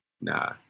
Nah